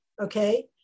okay